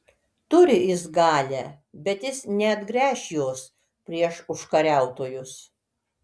turi jis galią bet jis neatgręš jos prieš užkariautojus